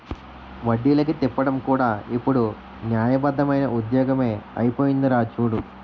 వడ్డీలకి తిప్పడం కూడా ఇప్పుడు న్యాయబద్దమైన ఉద్యోగమే అయిపోందిరా చూడు